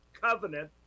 covenant